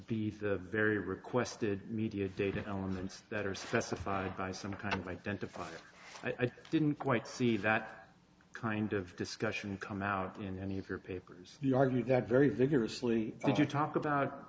be a very requested media data elements that are specified by some kind of identifier i didn't quite see that kind of discussion come out in any of your papers you argue that very vigorously if you talk about